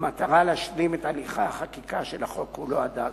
במטרה להשלים את הליכי החקיקה של החוק כולו עד אז.